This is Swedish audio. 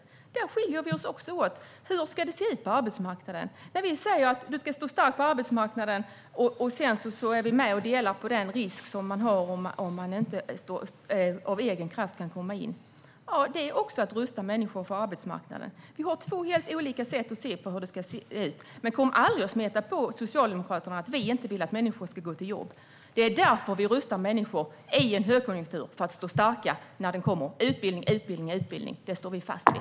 Där skiljer vi oss också åt. Hur ska det se ut på arbetsmarknaden? Vi säger att människor ska stå starka på arbetsmarknaden, och sedan är vi med och delar på risken om de inte kan komma in av egen kraft. Det är också att rusta människor för arbetsmarknaden. Vi har två helt olika sätt att se på detta och hur det ska se ut, men kom aldrig och smeta på Socialdemokraterna åsikten att människor inte ska gå till jobbet! Det är därför vi rustar människor i en högkonjunktur, för att de ska stå starka när lågkonjunkturen kommer. Utbildning, utbildning, utbildning! Det står vi fast vid.